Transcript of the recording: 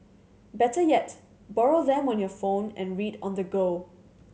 better yet borrow them on your phone and read on the go